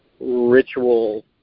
ritual